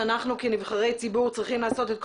שאנחנו כנבחרי ציבור צריכים לעשות כל